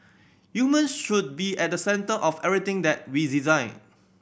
humans should be at the centre of everything that we design